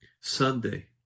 Sunday